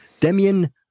Demian